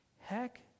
heck